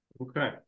Okay